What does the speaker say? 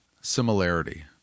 similarity